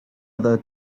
other